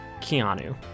Keanu